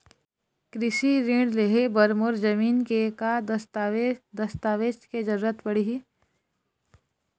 कृषि ऋण लेहे बर मोर जमीन के का दस्तावेज दस्तावेज के जरूरत पड़ही?